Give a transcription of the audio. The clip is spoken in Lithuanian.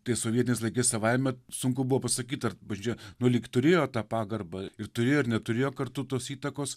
tai sovietiniais laikais savaime sunku buvo pasakyt ar bažnyčia nu lyg ir turėjo tą pagarbą ir turėjo ir neturėjo kartu tos įtakos